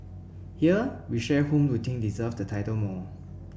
here we share whom we think deserves the title more